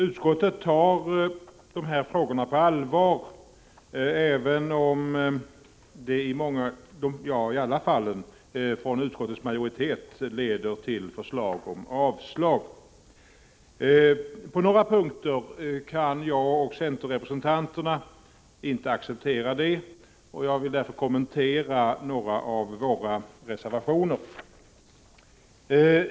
Utskottet tar frågorna på allvar, även om behandlingen för utskottets majoritet leder till förslag om avslag. På några punkter kan centerrepresentanterna inte acceptera det, och jag vill därför kommentera några av våra reservationer.